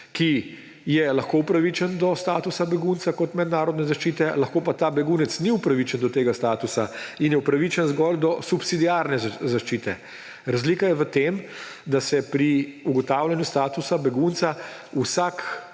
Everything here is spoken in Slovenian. ki je lahko upravičen do statusa begunca kot mednarodne zaščite, lahko pa ta begunec ni upravičen do tega statusa in je upravičen zgolj do subsidiarne zaščite. Razlika je v tem, da se pri ugotavljanju statusa begunca vsak